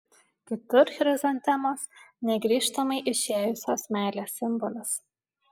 kitur chrizantemos negrįžtamai išėjusios meilės simbolis